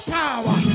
power